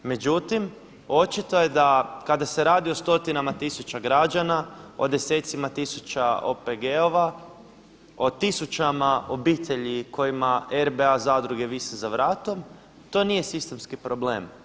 Međutim, očito je da kada se radi o stotinama tisuća građana, o desecima tisuća OPG-ova o tisućama obitelji kojima RBA zadruge vise za vratom, to nije sistemski problem.